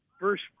first